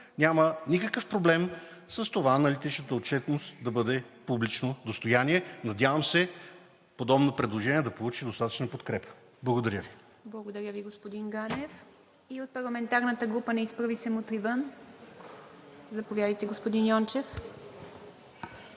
няма никакъв проблем с това аналитичната отчетност да бъде публично достояние. Надявам се подобно предложение да получи достатъчна подкрепа. Благодаря Ви. ПРЕДСЕДАТЕЛ ИВА МИТЕВА: Благодаря Ви, господин Ганев. И от парламентарната група на „Изправи се! Мутри вън!“ – заповядайте, господин Йончев.